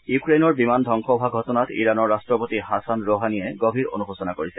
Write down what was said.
ইউক্ৰেইনৰ বিমান ধবংস হোৱা ঘটনাত ইৰানৰ ৰট্টপতি হাছান ৰহানিয়ে গভীৰ অনুশোচনা কৰিছে